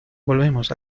volvemos